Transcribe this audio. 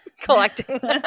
collecting